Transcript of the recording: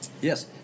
Yes